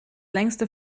längste